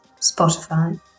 Spotify